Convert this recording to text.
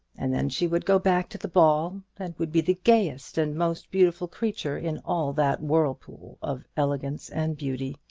and then she would go back to the ball, and would be the gayest and most beautiful creature in all that whirlpool of elegance and beauty.